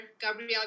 Gabrielle